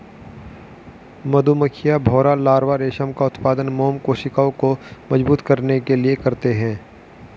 मधुमक्खियां, भौंरा लार्वा रेशम का उत्पादन मोम कोशिकाओं को मजबूत करने के लिए करते हैं